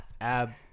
ab